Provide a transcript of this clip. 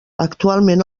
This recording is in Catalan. actualment